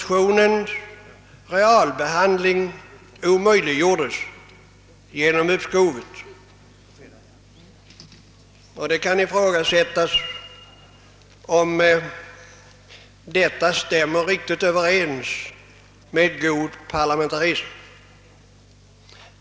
Motionens realbehandling omöjliggjordes genom uppskovet, och det kan ifrågasättas, om detta stämmer riktigt överens med god parlamentarism.